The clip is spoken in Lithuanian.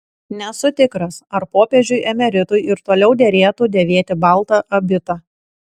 nesu tikras ar popiežiui emeritui ir toliau derėtų dėvėti baltą abitą